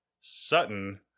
Sutton